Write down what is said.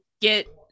get